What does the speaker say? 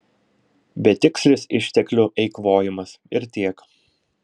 betikslis išteklių eikvojimas ir tiek